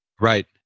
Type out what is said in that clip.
Right